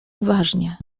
uważnie